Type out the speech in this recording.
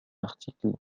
article